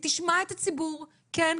היא תשמע את הציבור כן,